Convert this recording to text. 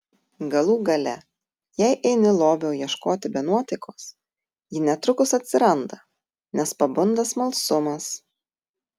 galų gale jei eini lobio ieškoti be nuotaikos ji netrukus atsiranda nes pabunda smalsumas